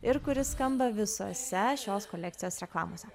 ir kuris skamba visose šios kolekcijos reklamose